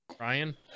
Ryan